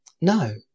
No